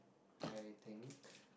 I think